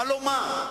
מה לומר.